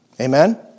Amen